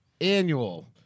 annual